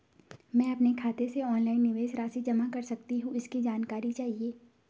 मैं अपने खाते से ऑनलाइन निवेश राशि जमा कर सकती हूँ इसकी जानकारी चाहिए?